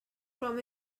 from